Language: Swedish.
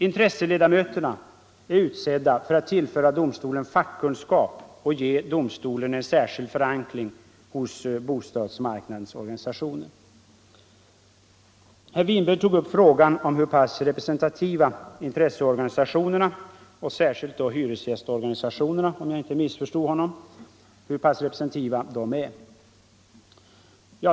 Intresseledamöterna är utsedda för att tillföra domstolen fackkunskap och ge domstolen en särskild förankring hos bostadsmarknadens organisationer. Herr Winberg tog upp frågan om hur pass representativa intresseorganisationerna och särskilt då hyresgästorganisationerna är — om jag inte missförstod honom.